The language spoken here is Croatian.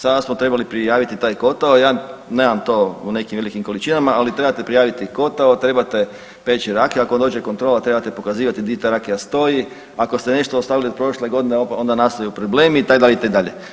Samo smo trebali prijaviti taj kotao, ja nemam to u nekim velikim količinama ali trebate prijaviti kotao, trebate peći rakiju, ako dođe kontrola, trebate pokazivati di ta rakija stoji, ako ste nešto ostavili prošle godine, onda nastaju problemi, itd., itd.